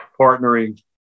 partnering